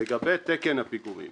לגבי תקן הפיגומים